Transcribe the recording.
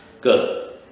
Good